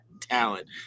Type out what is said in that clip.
talent